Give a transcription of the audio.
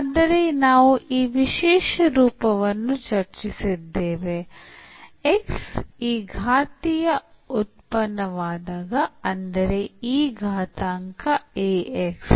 ಆದರೆ ನಾವು ಈ ವಿಶೇಷ ರೂಪವನ್ನು ಚರ್ಚಿಸಿದ್ದೇವೆ X ಈ ಘಾತೀಯ ಉತ್ಪನ್ನವಾದಾಗ ಅಂದರೆ e ಘಾತಾಂಕ ax